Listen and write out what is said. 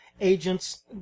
Agents